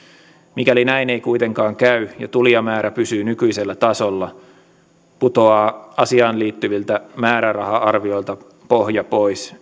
mikäli näin ei kuitenkaan käy ja tulijamäärä pysyy nykyisellä tasolla putoaa asiaan liittyviltä määräraha arvioilta pohja pois